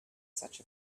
such